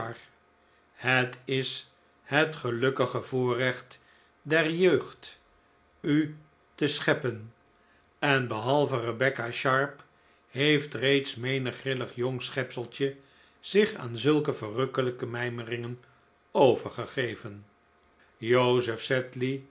het is het gelukkige voorrecht der jeugd u te scheppen en behalve rebecca sharp heeft reeds menig grillig jong schepseltje zich aan zulke verrukkelijke mijmeringen overgegeven joseph